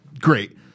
great